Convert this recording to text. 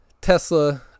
Tesla